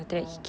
oh